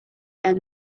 and